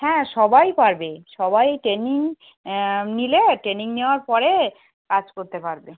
হ্যাঁ সবাই পারবে সবাই ট্রেনিং নিলে ট্রেনিং নেওয়ার পরে কাজ করতে পারবে